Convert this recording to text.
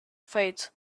fate